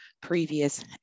previous